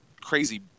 crazy